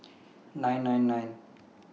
nine nine nine